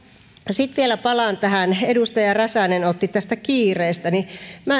sitten vielä palaan tähän kun edustaja räsänen otti kiinni tästä kiireestä